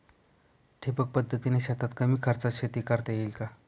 ठिबक पद्धतीने शेतात कमी खर्चात शेती करता येईल का?